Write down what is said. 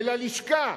של הלשכה,